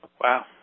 Wow